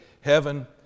heaven